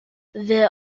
there